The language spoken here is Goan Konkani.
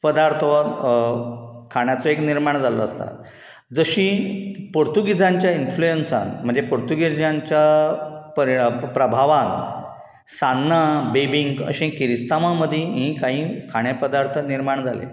पदार्थ वा खाणाचो एक निर्माण जाल्लो आसता जशीं पोर्तुगिजांच्या इनफ्लुंनसान म्हणजे पोर्तुगेजांच्या परया प्रभावान सान्नां बिबींक अशें किरिस्तावां मदीं हीं काहीं खाण्या पदार्थ निर्माण जाले